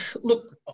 Look